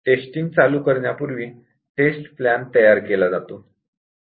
testing चालू करण्यापूर्वी test plan तयार केला जातो